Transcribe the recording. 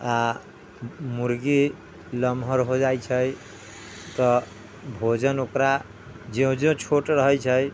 आ मुर्गी लमहर हो जाइ छै तऽ भोजन ओकरा ज्यो ज्यो छोट रहै छै